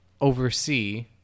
oversee